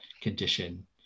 condition